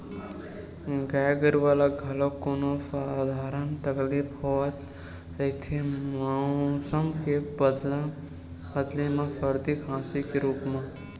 गाय गरूवा ल घलोक कोनो सधारन तकलीफ होवत रहिथे मउसम के बदले म सरदी, खांसी के रुप म